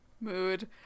Mood